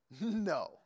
No